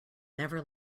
never